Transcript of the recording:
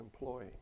employee